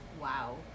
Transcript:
Wow